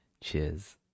Cheers